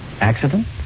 Accident